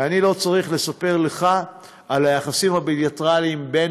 ואני לא צריך לספר לך על היחסים הבילטרליים בין